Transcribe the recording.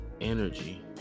energy